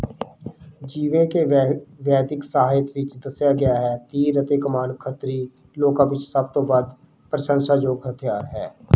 ਜਿਵੇਂ ਕਿ ਵੈਦਿਕ ਵੈਦਿਕ ਸਾਹਿਤ ਵਿੱਚ ਦੱਸਿਆ ਗਿਆ ਹੈ ਤੀਰ ਅਤੇ ਕਮਾਨ ਖੱਤਰੀ ਲੋਕਾਂ ਵਿੱਚ ਸਭ ਤੋਂ ਵੱਧ ਪ੍ਰਸ਼ੰਸਾਯੋਗ ਹਥਿਆਰ ਹੈ